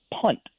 punt